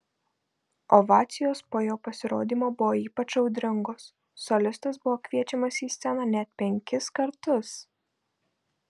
ovacijos po jo pasirodymo buvo ypač audringos solistas buvo kviečiamas į sceną net penkis kartus